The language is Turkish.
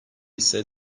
ise